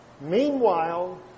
Meanwhile